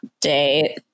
date